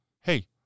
Hey